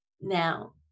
now